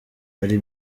hari